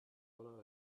own